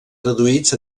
traduïts